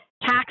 tax